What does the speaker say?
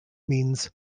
means